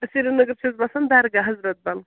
سرینگر چھَُس بسان درگاہ حظرت بل